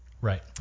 Right